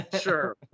Sure